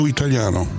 Italiano